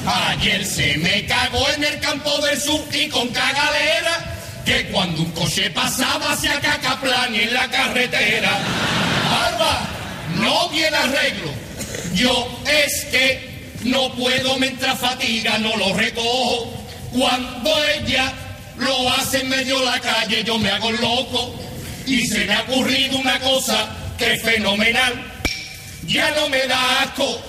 Ayer se me cagó en el campo del sur y con cagadera, que cuando un coche pasaba, hacía cacaplan en la carretera. Barba, no viene arreglo. Yo, es que no puedo, mientras fatiga, no lo recojo. Cuando ella lo hace en medio de la calle, yo me hago loco. Y se me ha ocurrido una cosa que es fenomenal. Ya no me da asco.